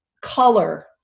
color